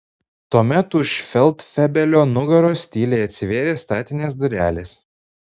tuomet už feldfebelio nugaros tyliai atsivėrė statinės durelės